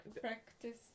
Practice